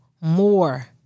more